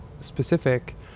specific